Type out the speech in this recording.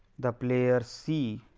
the players c